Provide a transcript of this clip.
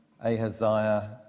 Ahaziah